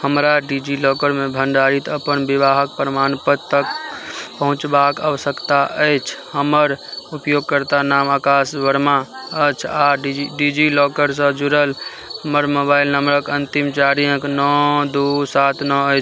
हमरा डिजिलॉकरमे भण्डारित अपन विवाहक प्रमाणपत्र तक पहुँचबाक आवश्यकता अछि हमर उपयोगकर्ता नाम आकाश वर्मा अछि आओर डिजी डिजिलॉकरसँ जुड़ल हमर मोबाइल नंबरक अन्तिम चारि नओ दू सात नओ अइ